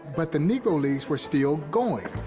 but the negro leagues were still going,